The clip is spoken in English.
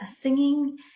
singing